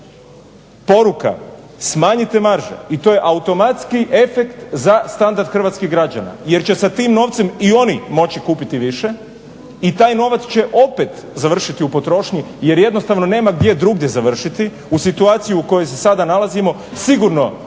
Poruka smanjite marže i to je automatski efekt za standard hrvatskih građana. Jer će sa tim novcem i oni moći kupiti više i taj novac će opet završiti u potrošnji jer jednostavno nema gdje drugdje završiti u situaciji u kojoj se sada nalazimo sigurno neće